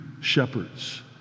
shepherds